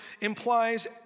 implies